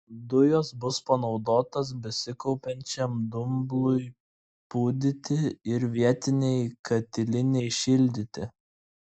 dujos bus panaudotos besikaupiančiam dumblui pūdyti ir vietinei katilinei šildyti